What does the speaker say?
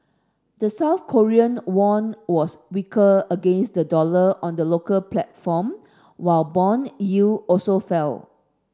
the South Korean won was weaker against the dollar on the local platform while bond yield also fell